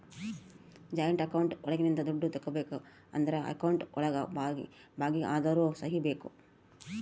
joint account ಒಳಗಿಂದ ದುಡ್ಡು ತಗೋಬೇಕು ಅಂದ್ರು ಅಕೌಂಟ್ ಒಳಗ ಭಾಗಿ ಅದೋರ್ ಸಹಿ ಬೇಕು